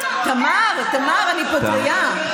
תמר, תמר, אני פה טרייה.